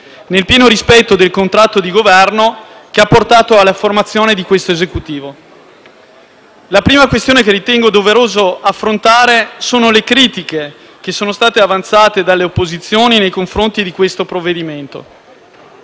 nel pieno rispetto del contratto di Governo che ha portato alla formazione di questo Esecutivo. La prima questione che ritengo doveroso affrontare sono le critiche che sono state avanzate dalle opposizioni nei confronti di questo provvedimento: